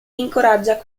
incoraggia